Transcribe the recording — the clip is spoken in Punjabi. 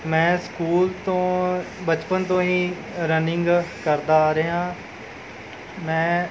ਮੈਂ ਸਕੂਲ ਤੋਂ ਬਚਪਨ ਤੋਂ ਹੀ ਰਨਿੰਗ ਕਰਦਾ ਆ ਰਿਹਾ ਮੈਂ